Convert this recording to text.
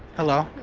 hello.